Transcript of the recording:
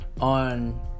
on